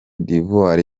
d’ivoire